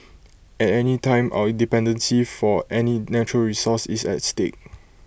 at any time our dependency for any natural resource is at stake